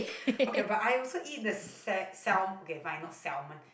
okay but I also the sa~ okay but is not salmon